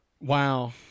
Wow